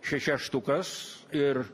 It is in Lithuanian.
šešias štukas ir